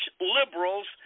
Liberals